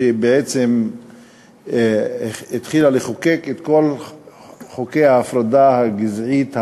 שבעצם התחילה לחוקק את כל חוקי ההפרדה הגזעית,